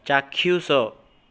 ଚାକ୍ଷୁଷ